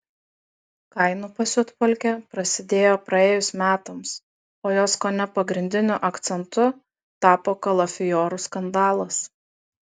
kainų pasiutpolkė prasidėjo praėjus metams o jos kone pagrindiniu akcentu tapo kalafiorų skandalas